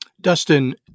Dustin